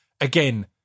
Again